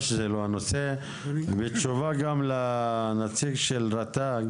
בתשובה לנציג של רט"ג